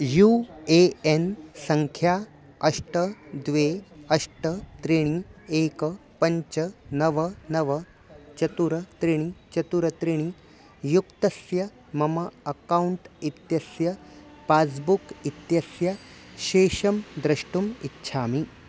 you A N सङ्ख्या अष्ट द्वे अष्ट त्रीणि एकं पञ्च नव नव चत्वारि त्रीणि चत्वारि त्रीणि युक्तस्य मम अकौण्ट् इत्यस्य पास्बुक् इत्यस्य शेषं द्रष्टुम् इच्छामि